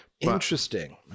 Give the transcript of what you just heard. Interesting